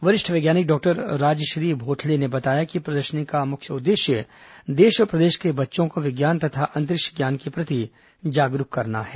वरिष्ठ वैज्ञानिक डॉक्टर राजश्री बोथले ने बताया कि प्रदर्शनी का मुख्य उद्देश्य देश और प्रदेश के बच्चों को विज्ञान तथा अंतरिक्ष ज्ञान के प्रति जागरूक करना है